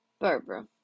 Barbara